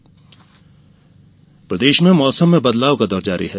मौसम प्रदेश में मौसम में बदलाव का दौर जारी है